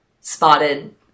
spotted